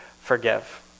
forgive